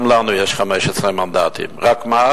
גם לנו יש 15 מנדטים, רק מה?